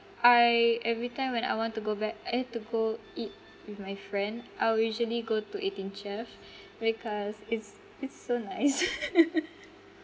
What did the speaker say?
I every time when I want to go back eh to go eat with my friend I'll usually go to eighteen chef because it's it's so nice